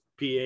PA